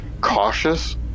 cautious